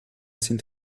sind